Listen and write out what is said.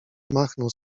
machnął